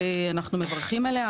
ואנחנו מברכים עליה.